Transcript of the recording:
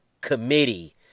Committee